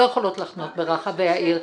לא יכולות להחנות ברחבי העיר,